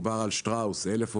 שטראוס כ-1,000 עובדים,